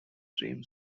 dream